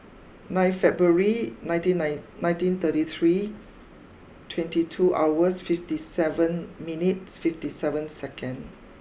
nine February nineteen nine nineteen thirty three twenty two hours fifty seven minutes fifty seven second